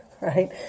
right